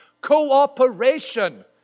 cooperation